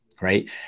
right